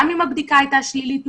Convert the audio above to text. גם אם הבדיקה הייתה שלילית,